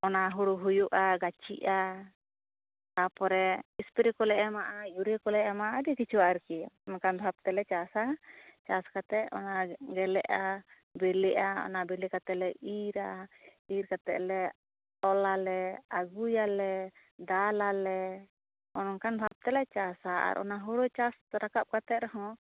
ᱚᱱᱟ ᱦᱩᱲᱩ ᱦᱩᱭᱩᱜᱼᱟ ᱜᱟᱹᱪᱷᱤᱜᱼᱟ ᱛᱟᱯᱨᱮ ᱮᱥᱯᱮᱨᱮ ᱠᱚᱞᱮ ᱮᱢᱟᱜᱼᱟ ᱤᱭᱩᱨᱤᱭᱟᱹ ᱠᱚᱞᱮ ᱮᱢᱟᱜᱼᱟ ᱟᱹᱰᱤ ᱠᱤᱪᱷᱩ ᱟᱨ ᱠᱤ ᱚᱱᱠᱟ ᱵᱷᱟᱵ ᱛᱮᱞᱮ ᱪᱟᱥᱟ ᱪᱟᱥ ᱠᱟᱛᱮᱫ ᱚᱱᱟ ᱜᱮᱞᱮᱜᱼᱟ ᱵᱤᱞᱤᱜᱼᱟ ᱚᱱᱟ ᱵᱤᱞᱤ ᱠᱟᱛᱮᱞᱮ ᱤᱨᱟ ᱤᱨ ᱠᱟᱛᱮ ᱞᱮ ᱛᱚᱞᱟᱞᱮ ᱟᱹᱜᱩᱭᱟᱞᱮ ᱫᱟᱞᱟᱞᱮ ᱚᱱᱠᱟᱱ ᱵᱷᱟᱵ ᱛᱮᱞᱮ ᱪᱟᱥᱟ ᱟᱨ ᱚᱱᱟ ᱦᱩᱲᱩ ᱪᱟᱥ ᱨᱟᱠᱟᱯ ᱠᱟᱛᱮ ᱨᱮᱦᱚᱸ